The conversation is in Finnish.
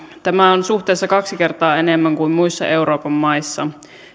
tämä on suhteessa kaksi kertaa enemmän kuin muissa euroopan maissa